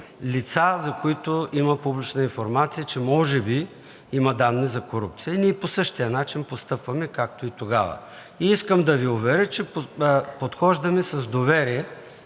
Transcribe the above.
лица, за които има публична информация, че може би има данни за корупция. Ние по същия начин постъпваме, както и тогава. Искам да Ви уверя, че подхождаме с доверие